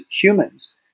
humans